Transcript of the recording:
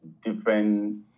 different